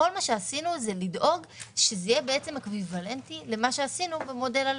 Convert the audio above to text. כל מה שעשינו זה לדאוג שזה יהיה אקוויוולנטי למה שעשינו במודל על